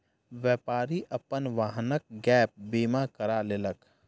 व्यापारी अपन वाहनक गैप बीमा करा लेलक